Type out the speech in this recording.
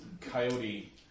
Coyote